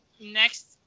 next